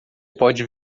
pode